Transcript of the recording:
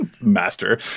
Master